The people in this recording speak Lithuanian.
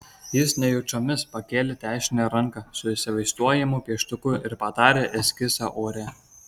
jis nejučiomis pakėlė dešinę ranką su įsivaizduojamu pieštuku ir padarė eskizą ore